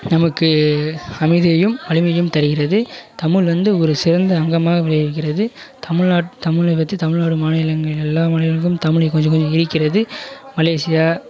நமக்கு அமைதியையும் வலிமையும் தருகிறது தமிழ் வந்து ஒரு சிறந்த அங்கமாக விளங்குகிறது தமிழ்நாட் தமிழை வெச்சி தமிழ்நாடு மாநிலங்கள் எல்லா மாநிலங்களிலும் தமிழ் கொஞ்சம் கொஞ்சம் இருக்கிறது மலேசியா